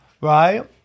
right